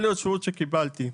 אלה התשובות שקיבלנו.